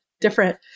different